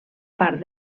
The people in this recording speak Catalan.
part